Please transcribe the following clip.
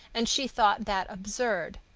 and she thought that absurd.